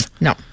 No